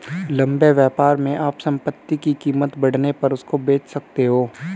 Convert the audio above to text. लंबे व्यापार में आप संपत्ति की कीमत बढ़ने पर उसको बेच सकते हो